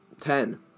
ten